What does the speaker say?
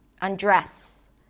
undress